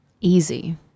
Easy